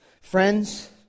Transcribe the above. friends